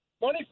money